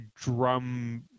drum